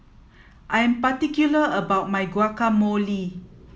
I'm particular about my Guacamole